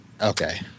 Okay